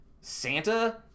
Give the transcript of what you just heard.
Santa